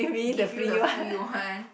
give you the free one